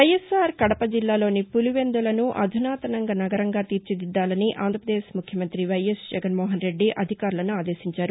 వైఎస్సార్ కడప జిల్లాలోని పులివెందులను అధునాతన నగరంగా తీర్చి దిద్గాలని ఆంధ్రప్రదేశ్ ముఖ్యమంత్రి వైఎస్ జగన్ మోహన రెడ్డి అధికారులను ఆదేశించారు